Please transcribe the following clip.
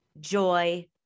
joy